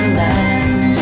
land